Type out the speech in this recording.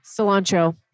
Cilantro